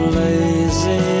lazy